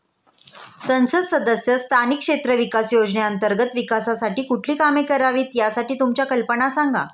संसद सदस्य स्थानिक क्षेत्र विकास योजने अंतर्गत विकासासाठी कुठली कामे करावीत, यासाठी तुमच्या कल्पना सांगा